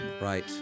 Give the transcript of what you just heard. Right